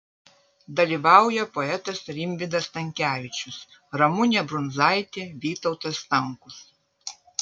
dalyvauja poetas rimvydas stankevičius ramunė brundzaitė vytautas stankus